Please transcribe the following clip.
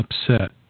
upset